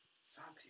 Santi